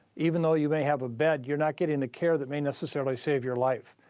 even though you may have a bed, you're not getting the care that may necessarily save your life.